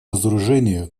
разоружению